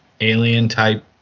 alien-type